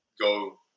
go